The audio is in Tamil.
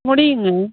முடியுங்க